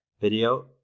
video